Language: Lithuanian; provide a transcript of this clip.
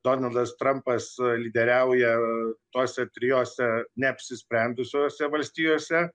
donaldas trumpas lyderiauja tose trijose neapsisprendusiose valstijose